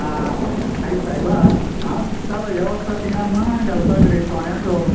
आं आरे सायबा हांव चित्तालो ह्या वर्सा तिंगा मांड घालपाक रे चोण्यांचो